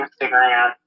Instagram